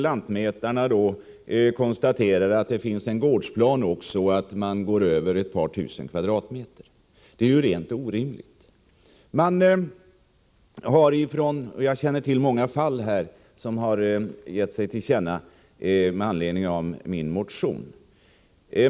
Lantmätarna konstaterar nämligen då att det finns en gårdsplan också och att det gäller mer än ett par tusen kvadratmeter. Detta är rent orimligt. Många människor har också hört av sig med anledning av min motion.